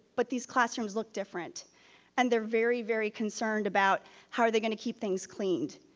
but these classrooms look different and they're very, very concerned about how are they gonna keep things cleaned?